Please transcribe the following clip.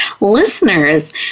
listeners